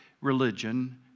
religion